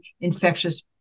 infectious